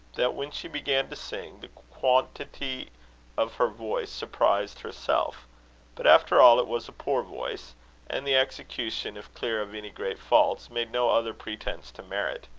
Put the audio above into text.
that, when she began to sing, the quantity of her voice surprised herself but after all, it was a poor voice and the execution, if clear of any great faults, made no other pretence to merit.